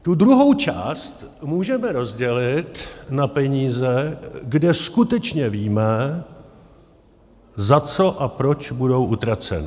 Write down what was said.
Tu druhou část můžeme rozdělit na peníze, kde skutečně víme, za co a proč budou utraceny.